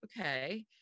okay